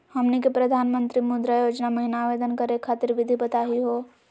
हमनी के प्रधानमंत्री मुद्रा योजना महिना आवेदन करे खातीर विधि बताही हो?